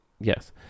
Yes